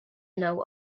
know